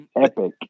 epic